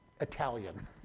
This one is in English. Italian